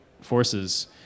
forces